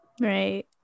right